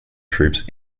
troops